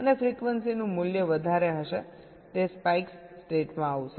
અને ફ્રીક્વન્સીનું મૂલ્ય વધારે હશે તે સ્પાઇક્સ સ્ટેટમાં આવશે